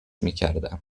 میکردم